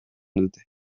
dute